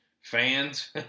fans